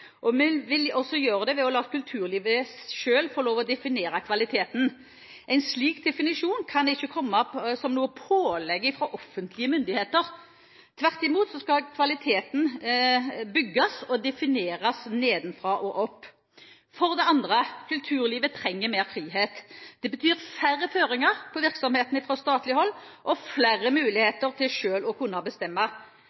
og vi vil gjøre det ved å la kulturlivet selv få lov til å definere kvaliteten. En slik definisjon kan ikke komme som noe pålegg fra offentlige myndigheter, tvert imot skal kvaliteten bygges og defineres nedenfra og opp. For det andre: Kulturlivet trenger mer frihet. Det betyr færre føringer på virksomhetene fra statlig hold, og flere